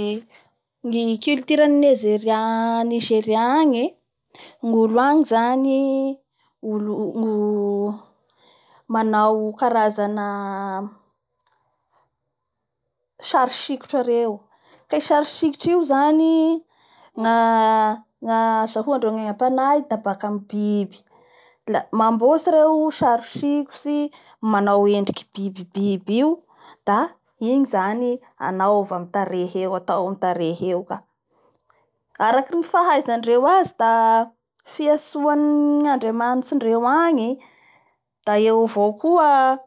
Eeee ny culture an'ny Nigeria ee!ny olo agny zany olo manao karazana sarisikotra reo ka i sarisikotsy io zany ny azahandreo engapanahy da baka amin'ny biby la mambotsy reo sarisikotsy manao endriky biby io, da igny zany ny anaova amin'ny tarehy eo ka araky ny fahaizandreo azy da fiantsoa ny Andriamanitsi ndreo agny da eo avao koa